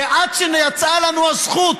שעד שיצאה לנו הזכות,